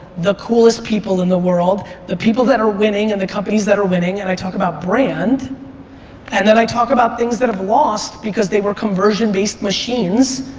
the coolest people in the world, the people that are winning and the companies that are winning and i talk about brand and then i talk about things that have lost because they were conversion based machines,